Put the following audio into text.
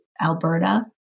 Alberta